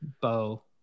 bow